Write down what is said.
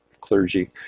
clergy